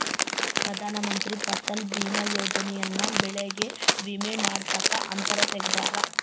ಪ್ರಧಾನ ಮಂತ್ರಿ ಫಸಲ್ ಬಿಮಾ ಯೋಜನೆ ಯನ್ನ ಬೆಳೆಗೆ ವಿಮೆ ಮಾಡ್ಸಾಕ್ ಅಂತ ತೆಗ್ದಾರ